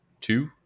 two